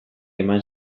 eman